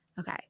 Okay